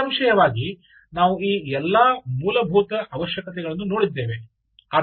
ನಿಸ್ಸಂಶಯವಾಗಿ ನಾವು ಈ ಎಲ್ಲಾ ಮೂಲಭೂತ ಅವಶ್ಯಕತೆಗಳನ್ನು ನೋಡಿದ್ದೇವೆ